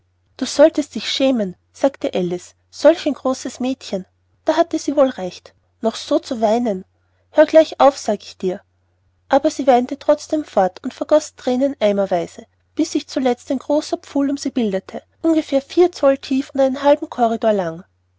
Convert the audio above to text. du solltest dich schämen sagte alice solch großes mädchen da hatte sie wohl recht noch so zu weinen höre gleich auf sage ich dir aber sie weinte trotzdem fort und vergoß thränen eimerweise bis sich zuletzt ein großer pfuhl um sie bildete ungefähr vier zoll tief und den halben corridor lang